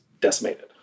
decimated